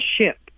ship